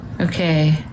Okay